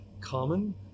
common